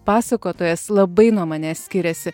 pasakotojas labai nuo manęs skiriasi